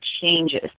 changes